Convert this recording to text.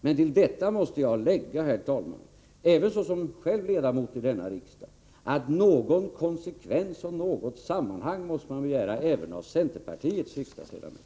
Men till detta måste jag, herr talman, lägga — även jag är ledamot av denna riksdag — att någon konsekvens och något sammanhang måste man begära även av centerpartiets riksdagsledamöter.